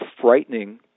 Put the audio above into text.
frightening